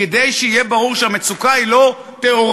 כדי שיהיה ברור שהמצוקה היא לא תיאורטית.